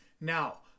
Now